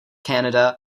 canada